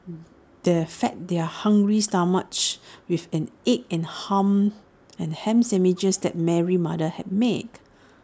they fed their hungry stomachs with the egg and ham and sandwiches that Mary's mother had made